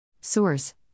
Source